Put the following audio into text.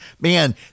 Man